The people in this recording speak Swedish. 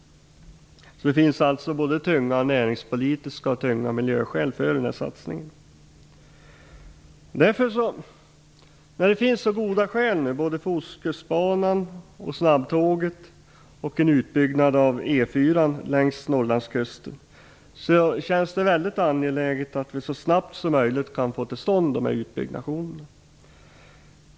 Det finns alltså både tunga näringspolitiska skäl och tunga miljöskäl för satsningen. När det nu finns så goda skäl, såväl för Ostkustbanan och snabbtåget som för en utbyggnad av E 4 längs Norrlandskusten, känns det mycket angeläget att vi så snabbt som möjligt kan få till stånd dessa utbyggnader.